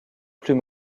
plus